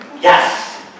Yes